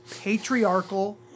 patriarchal